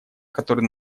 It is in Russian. который